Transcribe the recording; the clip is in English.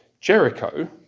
Jericho